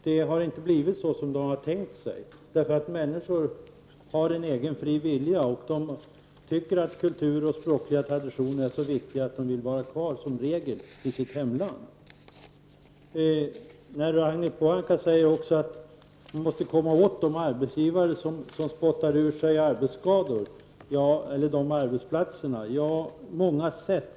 Det har inte blivit så som det var tänkt, därför att människor har en egen fri vilja, och de tycker att kultur och språkliga traditioner är så viktiga att de som regel vill vara kvar i sitt hemland. Ragnhild Pohanka säger också att man måste komma åt de arbetsplatser som spottar ur sig arbetsskador och att det finns många sätt.